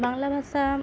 বাংলা ভাষা